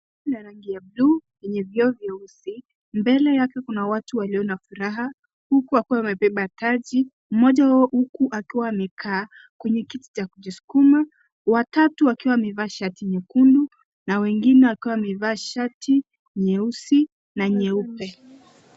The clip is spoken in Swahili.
Basi ya rangi ya bluu yenye vioo vyeusi, mbele yake kuna watu walio na furaha huku wakiwa wamebeba taji moja wao huku akiwa amekaa kwenye kiti cha kujisukuma, watatu wakiwa wamevaa shati nyekundu na wengine wakiwa wamevaa shati nyeusi na nyeupe.